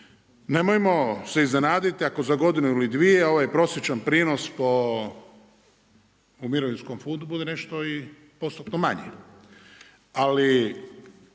nemojmo se iznenaditi ako za godinu ili dvije ovaj prosječan prinos po, u mirovinskom fondu bude nešto i postotno manji. Ali